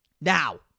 Now